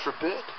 forbid